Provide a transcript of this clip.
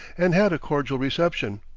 and had a cordial reception.